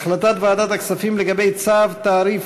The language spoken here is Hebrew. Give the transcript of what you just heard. החלטת ועדת הכספים בדבר אישור הוראות בצו תעריף